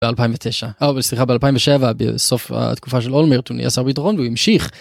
‫ב-2009. אה, סליחה, ב-2007, ‫בסוף התקופה של אולמרט, ‫הוא נהיה שר ביטחון והוא המשיך.